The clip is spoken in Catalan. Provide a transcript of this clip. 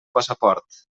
passaport